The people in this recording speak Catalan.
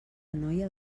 noia